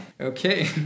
Okay